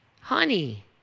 Honey